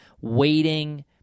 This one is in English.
waiting